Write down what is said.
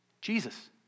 Jesus